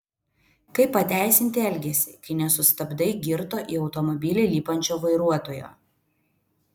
kaip pateisinti elgesį kai nesustabdai girto į automobilį lipančio vairuotojo